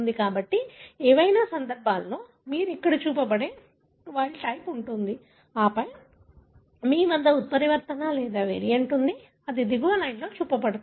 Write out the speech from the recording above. కాబట్టి ఏవైనా సందర్భాలలో మీకు ఇక్కడ చూపబడే వైల్డ్ టైప్ ఉంది ఆపై మీ వద్ద ఉత్పరివర్తన లేదా వేరియంట్ ఉంది అది దిగువ లైన్లో చూపబడుతుంది